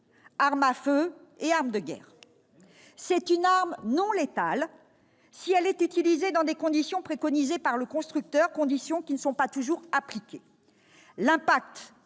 armes à feu et armes de guerre. C'est une arme non létale si elle est utilisée dans les conditions préconisées par le constructeur, conditions qui ne sont pas toujours appliquées.